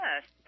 Yes